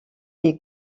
est